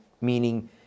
meaning